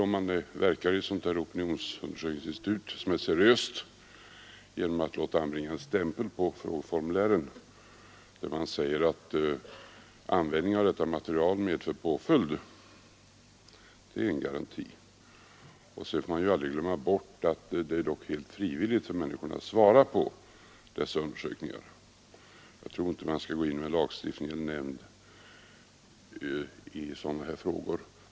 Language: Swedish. Om man har ett opinionsinstitut som är seriöst, tror jag att målet kan nås genom anbringande av en stämpel på frågeformulären, av vilken framgår att annan användning av detta material kommer att medföra påföljd. Detta är en garanti. Men sedan får vi inte glömma att människor helt frivilligt svarar på dessa frågor. Jag tror inte att man bör lagstifta om sådana här fall.